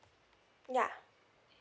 ya